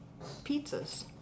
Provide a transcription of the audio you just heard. pizzas